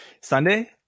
Sunday